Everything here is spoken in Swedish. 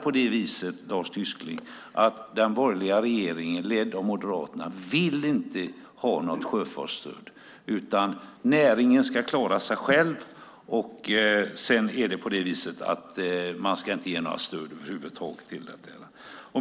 Nej, Lars Tysklind, den borgerliga regeringen ledd av Moderaterna vill inte ha något sjöfartsstöd, utan näringen ska klara sig själv. Man ska inte ge några stöd över huvud taget.